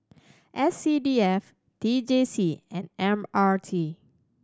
S C D F T J C and M R T